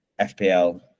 fpl